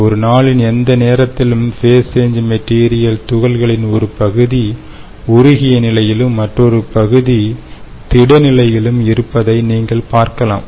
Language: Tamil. ஒரு நாளின் எந்த நேரத்திலும் ஃபேஸ் சேஞ் மெட்டீரியல் துகள்களின் ஒரு பகுதி உருகிய நிலையிலும் மற்றொரு பகுதி திட நிலையிலும் இருப்பதை நீங்கள் பார்க்கலாம்